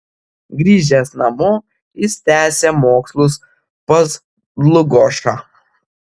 grįžęs namo jis tęsė mokslus pas dlugošą